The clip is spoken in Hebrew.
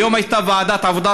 היום בוועדת העבודה,